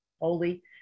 holy